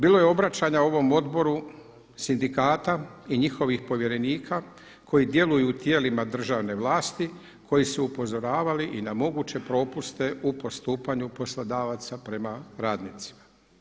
Bilo je obraćanja ovom odboru sindikata i njihovih povjerenika koji djeluju u tijelima državne vlasti koji su upozoravali i na moguće propuste u postupanju poslodavaca prema radnicima.